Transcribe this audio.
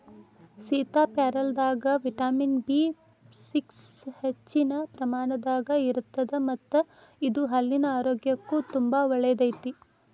ಸೇತಾಪ್ಯಾರಲದಾಗ vitamin B six ಹೆಚ್ಚಿನ ಪ್ರಮಾಣದಾಗ ಇರತ್ತದ ಮತ್ತ ಇದು ಹಲ್ಲಿನ ಆರೋಗ್ಯಕ್ಕು ತುಂಬಾ ಒಳ್ಳೆಯದೈತಿ